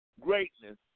greatness